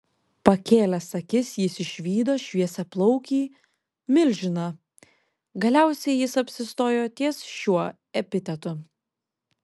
pakėlęs akis jis išvydo šviesiaplaukį milžiną galiausiai jis apsistojo ties šiuo epitetu